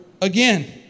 again